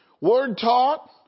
word-taught